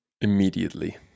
Immediately